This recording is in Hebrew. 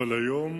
אבל היום